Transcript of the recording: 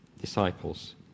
disciples